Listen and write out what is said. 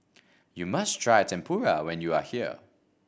you must try Tempura when you are here